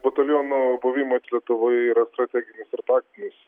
bataliono buvimas lietuvoje yra strateginis ir taktinis